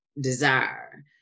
desire